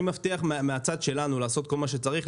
אני מבטיח מן הצד שלנו לעשות כל מה שצריך,